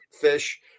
fish